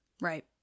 Right